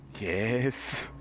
Yes